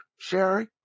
Sherry